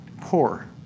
poor